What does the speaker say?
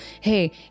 hey